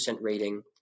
rating